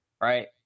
right